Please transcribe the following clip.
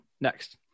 next